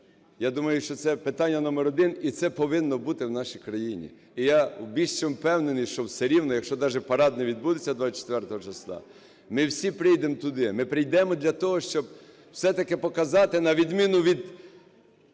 я думаю, що це питання номер один, і це повинно бути в нашій країні. І я більше ніж впевнений, що все рівно, якщо даже парад не відбудеться 24 числа, ми всі прийдемо туди. Ми прийдемо для того, щоб все-таки показати, на відміну від